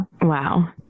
Wow